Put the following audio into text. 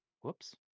Whoops